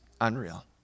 unreal